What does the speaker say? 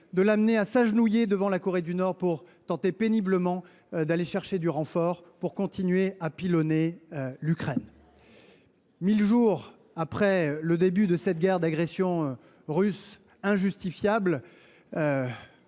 de l’amener à s’agenouiller devant la Corée du Nord pour tenter péniblement de chercher du renfort pour continuer à pilonner l’Ukraine. Mille jours après le début de cette injustifiable